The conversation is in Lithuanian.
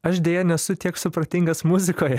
aš deja nesu tiek supratingas muzikoj